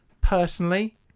Personally